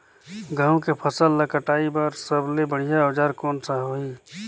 गहूं के फसल ला कटाई बार सबले बढ़िया औजार कोन सा होही?